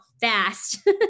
fast